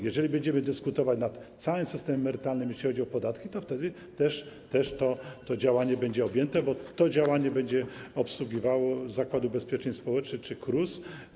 Jeżeli będziemy dyskutować nad systemem emerytalnym, jeśli chodzi o podatki, wtedy też to działanie będzie tym objęte, bo to działanie będzie obsługiwał Zakład Ubezpieczeń Społecznych czy KRUS.